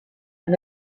and